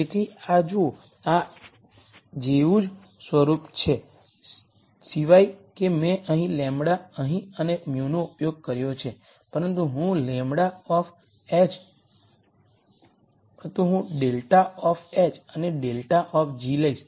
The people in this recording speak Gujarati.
તેથી આ જુઓ આ આ જેવું જ સ્વરૂપ છે સિવાય કે મેં અહીં λ અહીં અને μ નો ઉપયોગ કર્યો છે પરંતુ હું ∇ ઓફ h અને ∇ ઓફ g લઈશ